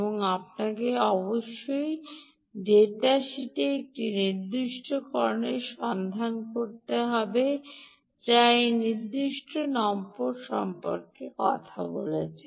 এবং আপনাকে অবশ্যই ডেটা শীটে একটি নির্দিষ্টকরণের সন্ধান করতে হবে যা এই নির্দিষ্ট নম্বর সম্পর্কে কথা বলছে